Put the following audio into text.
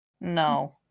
No